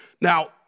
Now